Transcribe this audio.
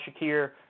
Shakir